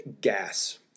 gas